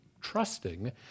trusting